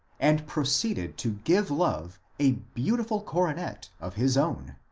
and proceeded to give love a beautiful coronet of his own.